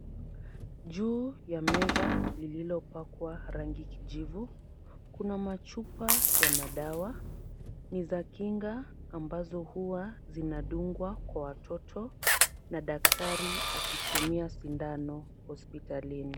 Juu ya meza lililopakwa rangi kijivu, kuna machupa ya madawa. Ni za kinga ambazo huwa zinadungwa kwa watoto na daktari akitumia sindano hospitalini.